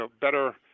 better